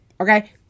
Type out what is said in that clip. okay